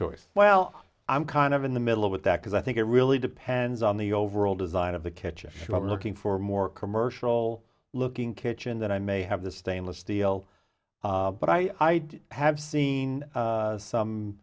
choice well i'm kind of in the middle with that because i think it really depends on the overall design of the kitchen i'm looking for more commercial looking kitchen that i may have the stainless steel but i have seen some